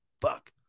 Fuck